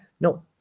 no